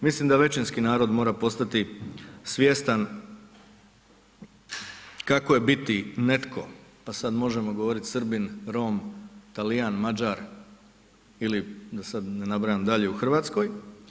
Mislim da većinski narod mora postati svjestan kako je biti netko, pa sad možemo govorit Srbin, Rom, Talijan, Mađar ili da sad ne nabrajam dalje u Hrvatskoj.